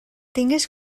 tingués